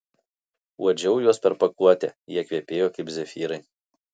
uodžiau juos per pakuotę jie kvepėjo kaip zefyrai